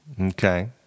Okay